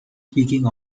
speaking